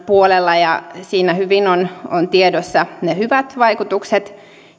puolella ja siinä hyvin on on tiedossa ne hyvät vaikutukset